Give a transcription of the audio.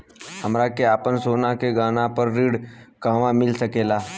हमरा के आपन सोना के गहना पर ऋण कहवा मिल सकेला?